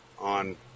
on